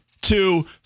two